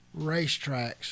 racetracks